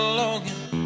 longing